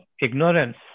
ignorance